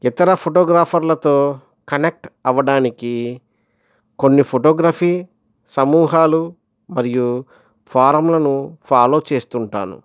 ఇతర ఫోటోగ్రాఫర్లతో కనెక్ట్ అవ్వడానికి కొన్ని ఫోటోగ్రఫీ సమూహాలు మరియు ఫారంలను ఫాలో చేస్తు ఉంటాను